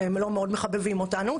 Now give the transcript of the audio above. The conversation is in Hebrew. שהם לא מאוד מחבבים אותנו,